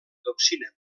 toxina